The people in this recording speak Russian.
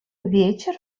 вечер